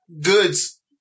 goods